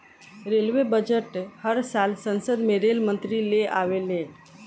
railway budget हर साल संसद में रेल मंत्री ले आवेले ले